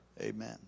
Amen